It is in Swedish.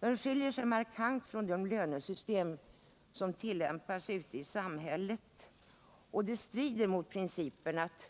Ersättningarna skiljer sig markant från de lönesystem som tillämpas ute i samhället och strider mot principen att